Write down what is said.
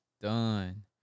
done